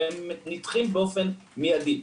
והם נדחים באופן מיידי.